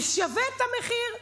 זה שווה את המחיר,